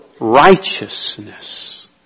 righteousness